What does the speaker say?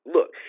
Look